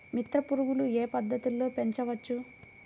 మిత్ర పురుగులు ఏ పద్దతిలో పెంచవచ్చు?